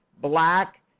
black